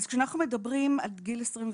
כשאנחנו מדברים עד גיל 21,